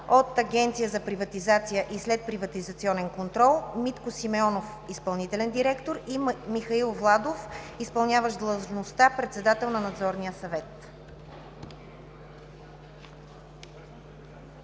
на Агенцията за приватизация и следприватизационен контрол: Митко Симеонов – изпълнителен директор, и Михаил Владов – изпълняващ длъжността „председател на Надзорния съвет“.